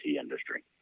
industry